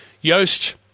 Yost